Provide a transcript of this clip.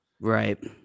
Right